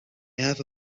have